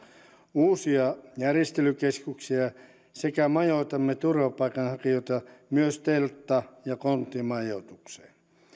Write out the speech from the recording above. uusia järjestelykeskuksia sekä majoitamme turvapaikanhakijoita myös teltta ja konttimajoitukseen